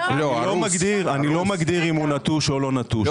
אני לא מגדיר האם הוא נטוש או לא נטוש;